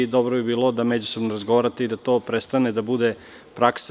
Dobro bi bilo da međusobno razgovarate i da to prestane da bude praksa.